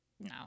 No